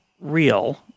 real